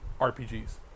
RPGs